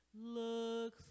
Look